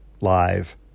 live